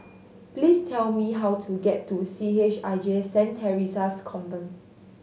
please tell me how to get to C H I J Saint Theresa's Convent